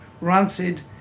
Rancid